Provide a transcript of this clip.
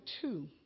two